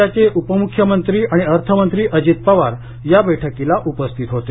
राज्याचे उपमुख्यमंत्री आणि अर्थमंत्री अजित पवार या बैठकीला उपस्थित होते